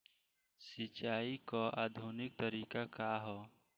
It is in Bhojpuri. सिंचाई क आधुनिक तरीका का ह?